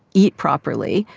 eat properly,